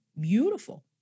beautiful